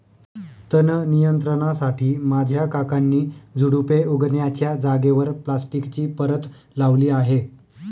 तण नियंत्रणासाठी माझ्या काकांनी झुडुपे उगण्याच्या जागेवर प्लास्टिकची परत लावली आहे